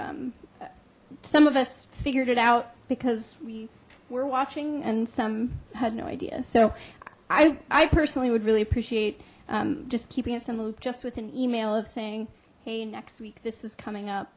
perdido some of us figured it out because we were watching and some had no idea so i i personally would really appreciate just keeping us in the loop just with an email of saying hey next week this is coming up